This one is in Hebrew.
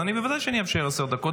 אז בוודאי שאני אאשר עשר דקות.